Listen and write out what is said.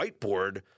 whiteboard